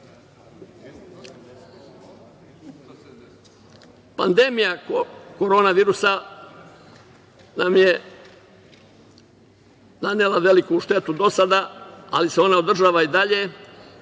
politici. Pandemija korona virusa nam je nanela veliku štetu do sada, ali se ona održava i dalje